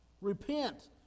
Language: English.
Repent